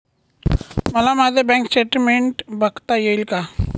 मला माझे bank statement बघता येईल का?